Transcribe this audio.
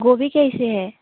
गोभी कैसे है